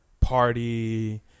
party